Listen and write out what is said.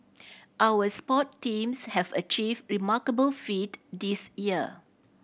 our sport teams have achieved remarkable feat this year